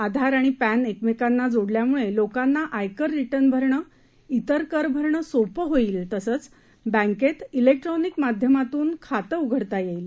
आधार आणि पॅन एकमेकांना जोडल्यामुळे लोकांना आयकर रिटर्न भरणं तिर कर भरणं सोपं होईल तसंच बँकेत जिक्ट्रॉनिक माध्यमातून खातं उघडता येईल